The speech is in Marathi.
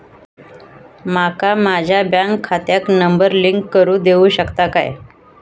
माका माझ्या बँक खात्याक नंबर लिंक करून देऊ शकता काय?